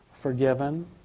Forgiven